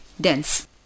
dense